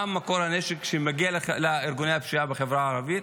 מה מקור הנשק שמגיע לארגוני הפשיעה בחברה הערבית?